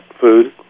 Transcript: food